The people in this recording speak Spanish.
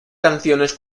canciones